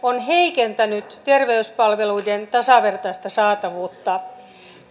on heikentänyt terveyspalveluiden tasavertaista saatavuutta